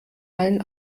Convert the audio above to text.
allen